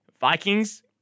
Vikings